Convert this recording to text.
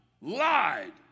lied